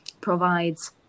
provides